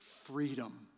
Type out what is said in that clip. freedom